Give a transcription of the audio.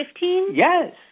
Yes